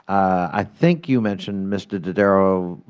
i think you mentioned, mr. dodaro,